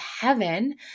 heaven